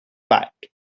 back